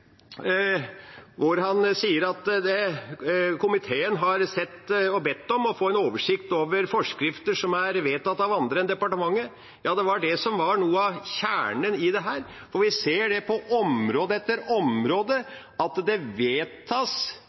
han sa at kontroll- og konstitusjonskomiteen har bedt om å få en oversikt over forskrifter som er vedtatt av andre enn departementet. Det er noe av kjernen i dette. Vi ser at det på område etter område fattes vedtak eller gjøres gjeldende ting i det